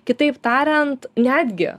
kitaip tariant netgi